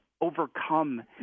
overcome